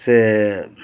ᱥᱮ